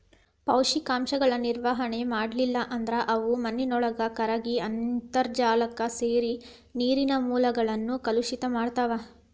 ಪೋಷಕಾಂಶಗಳ ನಿರ್ವಹಣೆ ಮಾಡ್ಲಿಲ್ಲ ಅಂದ್ರ ಅವು ಮಾನಿನೊಳಗ ಕರಗಿ ಅಂತರ್ಜಾಲಕ್ಕ ಸೇರಿ ನೇರಿನ ಮೂಲಗಳನ್ನ ಕಲುಷಿತ ಮಾಡ್ತಾವ